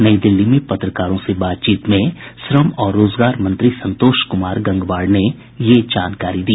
नई दिल्ली में पत्रकारों से बातचीत में श्रम और रोजगार मंत्री संतोष कुमार गंगवार ने यह जानकारी दी